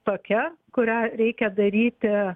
tokia kurią reikia daryti